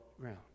ground